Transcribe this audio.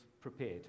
prepared